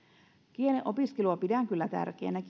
kielten opiskelua pidän kyllä tärkeänä